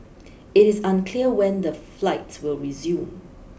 it is unclear when the flights will resume